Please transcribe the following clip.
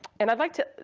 and i'd like to